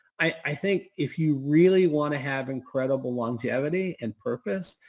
i think if you really want to have incredible longevity and purpose,